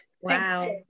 Wow